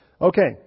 Okay